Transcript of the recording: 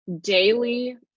daily